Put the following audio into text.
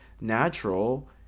natural